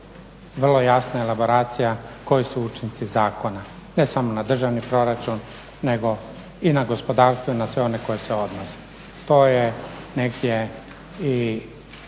vrlo jasna elaboracija koji su učinci zakona, ne samo na državni proračun nego i na gospodarstvo i na sve one na koje se odnose. To je negdje i